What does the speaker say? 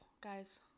guys